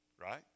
right